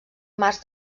mars